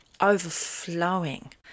overflowing